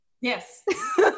Yes